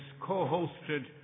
co-hosted